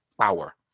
power